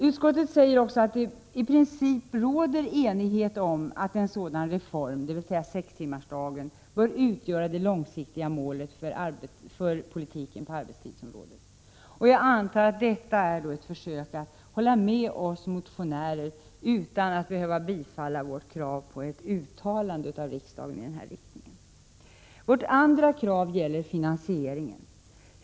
Utskottet säger också att ”det i princip råder ——— enighet om att en sådan reform” — dvs. sextimmarsdagen — ”bör utgöra det långsiktiga målet för politiken på arbetstidsområdet”. Jag antar att det är ett försök att hålla med oss motionärer utan att behöva bifalla vårt krav på ett uttalande i den riktningen av riksdagen. Vårt andra krav gäller finansieringen.